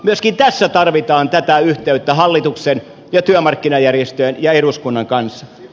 myöskin tässä tarvitaan tätä yhteyttä hallituksen ja työmarkkinajärjestöjen ja eduskunnan kanssa